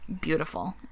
beautiful